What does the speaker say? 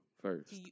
first